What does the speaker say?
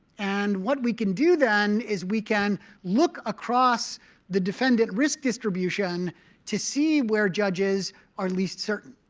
and what we can do then is we can look across the defendant risk distribution to see where judges are least certain.